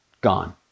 gone